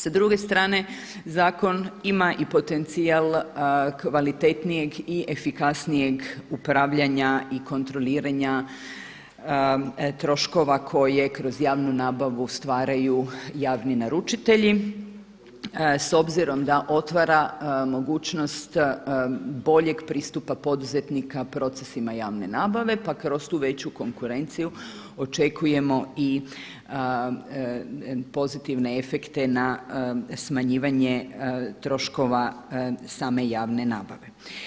Sa druge strane zakon ima i potencijal kvalitetnijeg i efikasnijeg upravljanja i kontroliranja troškova koje kroz javnu nabavu stvaraju javni naručitelji s obzirom da otvara mogućnost boljeg pristupa poduzetnika procesima javne nabave, pa kroz tu veću konkurenciju očekujemo i pozitivne efekte na smanjivanje troškova same javne nabave.